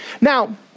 Now